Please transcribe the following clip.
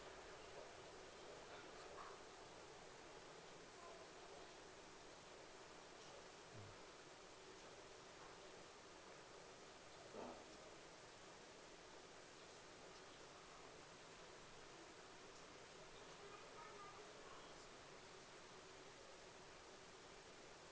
mm